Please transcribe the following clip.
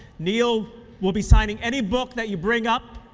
neil will be signing any book that you bring up,